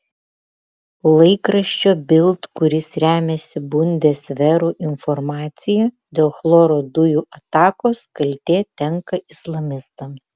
laikraščio bild kuris remiasi bundesveru informacija dėl chloro dujų atakos kaltė tenka islamistams